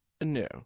no